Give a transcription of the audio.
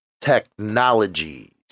technologies